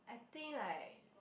I think like